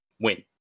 win